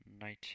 Knight